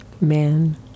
Man